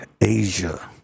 Asia